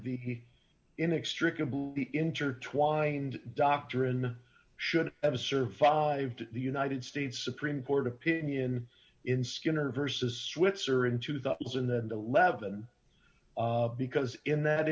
the inextricably intertwined doctrine should have survived the united states supreme court opinion in skinner versus switzer in two thousand and eleven because in that